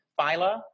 phyla